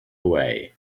away